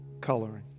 coloring